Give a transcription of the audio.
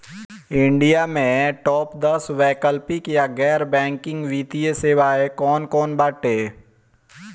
India में top दस वैकल्पिक या गैर बैंकिंग वित्तीय सेवाएं कौन कोन बाटे?